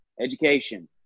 education